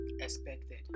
expected